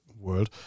world